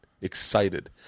excited